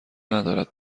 ندارد